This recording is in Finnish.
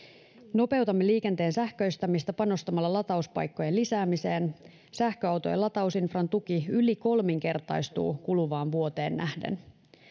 nopeutamme liikenteen sähköistämistä panostamalla latauspaikkojen lisäämiseen sähköautojen latausinfran tuki yli kolminkertaistuu kuluvaan vuoteen nähden